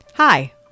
Hi